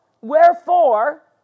wherefore